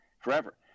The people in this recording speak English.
forever